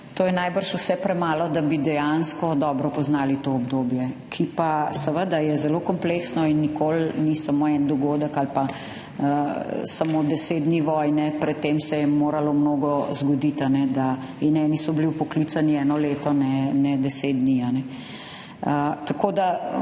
to je najbrž vse premalo, da bi dejansko dobro poznali to obdobje, ki pa je seveda zelo kompleksno in nikoli ni samo en dogodek ali pa samo 10 dni vojne, pred tem se je moralo mnogo zgoditi, in eni so bili vpoklicani eno leto, ne 10 dni.